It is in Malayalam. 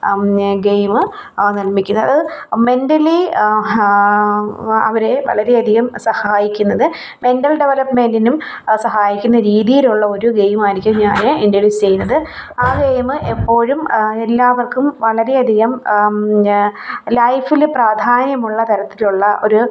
ഗെയിം നിർമ്മിക്കുന്നത് അത് മെൻറ്റലി അവരെ വളരെയധികം സഹായിക്കുന്നത് മെൻറ്റൽ ഡെവലപ്മെൻറ്റിനും സഹായിക്കുന്ന രീതിയിലുള്ള ഒരു ഗെയിമായിരിക്കും ഞാൻ ഇൻട്രോഡ്യൂസ് ചെയ്യുന്നത് ആ ഗെയിം എപ്പോഴും എല്ലാവർക്കും വളരെയധികം ലൈഫിൽ പ്രാധാന്യമുള്ള തരത്തിലുള്ള ഒരു